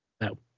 No